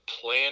plan